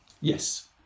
yes